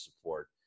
support